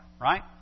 right